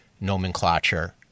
nomenclature